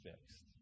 fixed